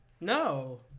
No